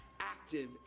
active